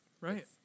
right